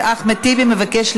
או לחוקה.